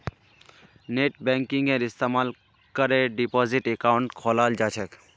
नेटबैंकिंगेर इस्तमाल करे डिपाजिट अकाउंट खोलाल जा छेक